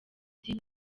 uti